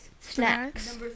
snacks